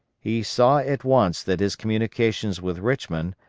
he saw at once that his communications with richmond,